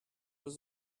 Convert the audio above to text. was